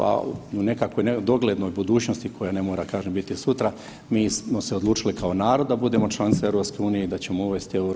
Pa u nekakvoj doglednoj budućnosti koja ne mora kažem biti sutra, mi smo se odlučili kao narod da budemo članice EU i da ćemo uvesti euro.